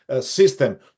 system